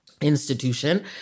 institution